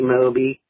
Moby